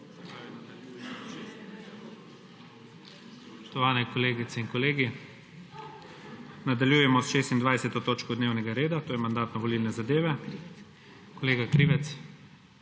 Nadaljujemo s 26. točko dnevnega reda, to so Mandatno-volilne zadeve. Kolega Krivec,